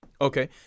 Okay